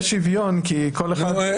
יש שוויון כי כל אחד מקבל את --- אין שוויון.